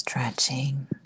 Stretching